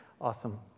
awesome